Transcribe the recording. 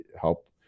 help